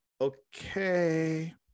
okay